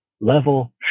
level